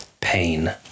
pain